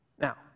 Now